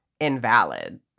invalid